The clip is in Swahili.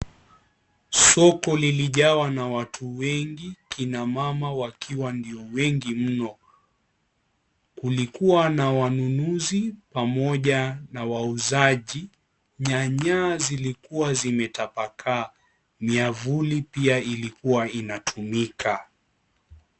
Soko lilijawa na watu wengi kina mama wakiwa ndio wengi mno. Kulikuwa na wanunuzi pamoja na wauzaji. Nyanya zilikua zimetapakaa. Miavuli pia ilikua inatumika.